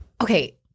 okay